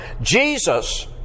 Jesus